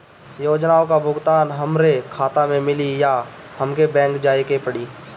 योजनाओ का भुगतान हमरे खाता में मिली या हमके बैंक जाये के पड़ी?